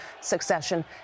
succession